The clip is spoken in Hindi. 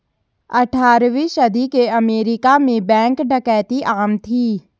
अठारहवीं सदी के अमेरिका में बैंक डकैती आम थी